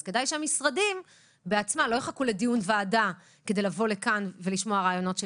אז כדאי שהמשרדים לא יחכו לדיון וועדה כדי לבוא לכאן ולשמוע רעיונות.